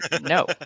No